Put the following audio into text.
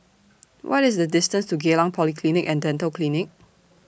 What IS The distance to Geylang Polyclinic and Dental Clinic